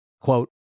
Quote